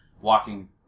walking